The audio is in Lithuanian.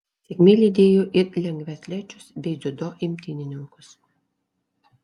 sėkmė lydėjo ir lengvaatlečius bei dziudo imtynininkus